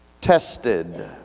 tested